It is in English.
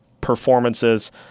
performances